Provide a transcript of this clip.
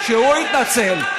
שהוא יתנצל,